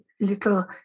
little